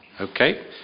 Okay